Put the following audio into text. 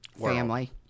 family